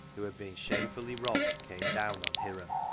who had been shamefully robbed, came down on hiram.